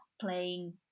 playing